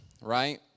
right